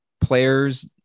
players